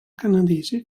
canadesi